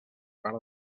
part